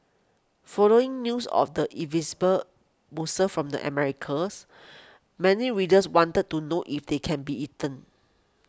following news of the invasive mussel from the Americas many readers wanted to know if they can be eaten